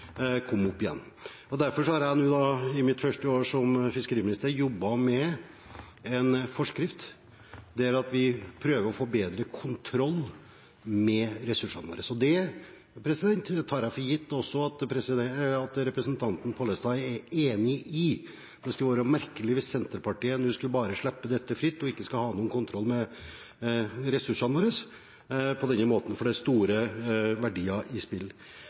igjen. Derfor har jeg nå i mitt første år som fiskeriminister jobbet med en forskrift der vi prøver å få bedre kontroll med ressursene våre. Det tar jeg for gitt at også representanten Pollestad er enig i. Det ville være merkelig hvis Senterpartiet nå bare ville slippe dette fritt og ikke ha noen kontroll med ressursene våre, for det er store verdier i spill.